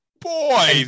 boy